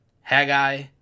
Haggai